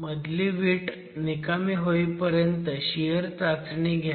मधली वीट निकामी होईपर्यंत शियर चाचणी घ्यावी